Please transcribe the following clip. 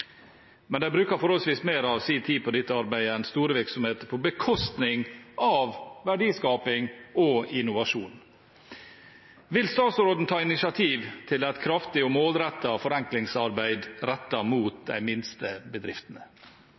men de bruker forholdsvis mer av sin tid på dette arbeidet enn store virksomheter på bekostning av verdiskaping og innovasjon. Vil statsråden ta initiativ til et kraftig og målrettet forenklingsarbeid rettet mot de minste bedriftene?»